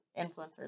influencers